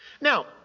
Now